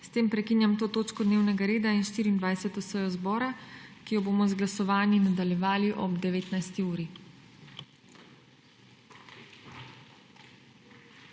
S tem prekinjam to točko dnevnega reda in 24. sejo zbora, ki jo bomo z glasovanji nadaljevali ob 19. uri.